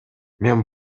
мен